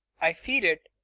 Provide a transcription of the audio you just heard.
i feel it.